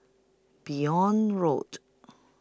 Benoi Road